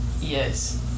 Yes